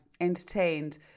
entertained